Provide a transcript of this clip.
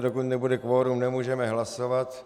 Dokud nebude kvorum, nemůžeme hlasovat.